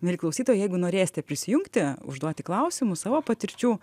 mieli klausytojai jeigu norėsite prisijungti užduoti klausimų savo patirčių